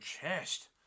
chest